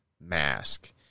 mask